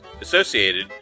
associated